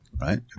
right